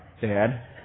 Dad